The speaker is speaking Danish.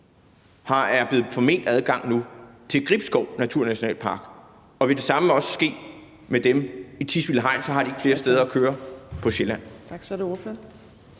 er blevet forment adgang nu til Naturnationalpark Gribskov. Vil det samme også ske med dem i Tisvilde Hegn? Så har de ikke flere steder at køre på Sjælland.